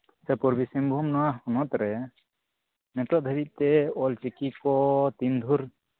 ᱥᱮ ᱯᱩᱨᱵᱤ ᱥᱤᱝᱵᱷᱩᱢ ᱱᱚᱣᱟ ᱦᱚᱱᱚᱛ ᱨᱮ ᱱᱤᱛᱳᱜ ᱫᱷᱟᱹᱵᱤᱡᱽ ᱛᱮ ᱚᱞᱪᱤᱠᱤ ᱠᱚ ᱛᱤᱱᱵᱷᱳᱨ